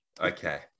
Okay